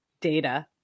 data